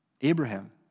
Abraham